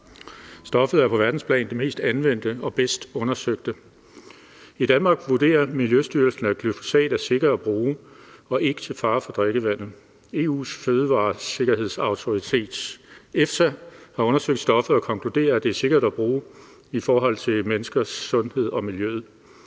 Stoffet er på verdensplan det mest anvendte og det bedst undersøgte. I Danmark vurderer Miljøstyrelsen, at glyfosat er sikkert at bruge og ikke er til fare for drikkevandet. Den Europæiske Fødevaresikkerhedsautoritet, EFSA, har undersøgt stoffet og konkluderet, at det er sikkert at bruge i forhold til menneskers sundhed og miljøet.